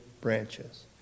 branches